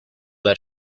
that